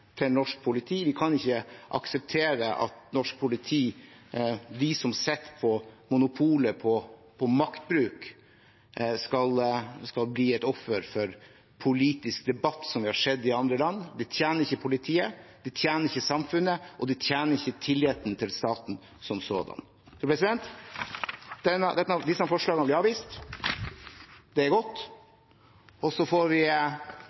til norsk politi. Vi kan ikke akseptere at norsk politi, som sitter på monopolet på maktbruk, skal bli et offer for politisk debatt, som vi har sett i andre land. Det tjener ikke politiet, det tjener ikke samfunnet, og det tjener ikke tilliten til staten som sådan. Disse forslagene blir avvist, og det er godt. Så får vi